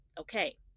okay